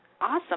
Awesome